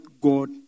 god